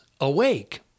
awake